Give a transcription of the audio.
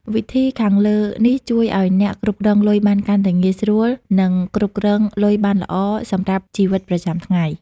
វិធីខាងលើនេះជួយឱ្យអ្នកគ្រប់គ្រងលុយបានកាន់តែងាយស្រួល និងគ្រប់គ្រងលុយបានល្អសម្រាប់ជីវិតប្រចាំថ្ងៃ។